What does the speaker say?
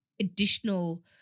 additional